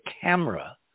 camera